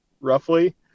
roughly